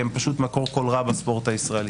הם פשוט מקור כל רע בספורט הישראלי,